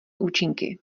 účinky